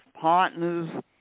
partners